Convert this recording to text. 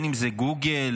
אם זה גוגל,